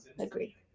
agree